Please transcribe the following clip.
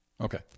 Okay